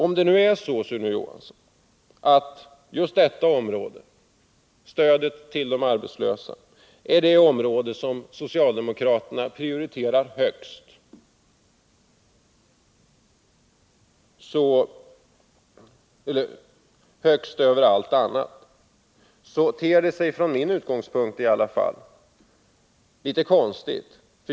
Om det nu är så, Sune Johansson, att just stödet till de arbetslösa är det område som socialdemokraterna prioriterar högst, ter det sig — från min utgångspunkt-— litet konstigt.